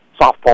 softball